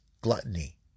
gluttony